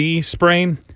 sprain